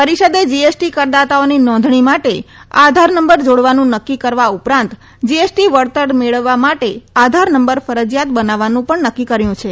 પરીષદે GST કરદાતાઓની નોંધણી માટે આધાર નંબર જાડવાનું નકકી કરવા ઉપરાંત જીએસટી વળતર મેળવવા માટે આધાર નંબર ફરજીયાત બનાવવાનું પણ નકકી કર્યુ છે